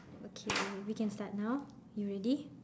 okay we can start now you ready